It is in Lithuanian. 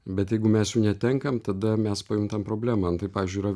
bet jeigu mes jų netenkam tada mes pajuntam problemą tai pavyzdžiui yra